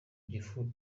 gifu